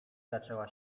zaczęła